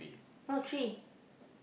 no tree